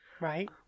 right